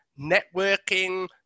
networking